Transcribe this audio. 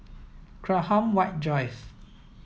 Graham White Drive